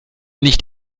nicht